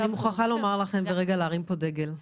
אני מוכרחה לומר לכם, ברגע להרים פה דגל.